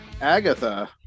Agatha